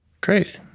Great